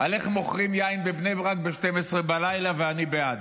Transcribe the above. איך מוכרים יין בבני ברק ב-24:00, ואני בעד.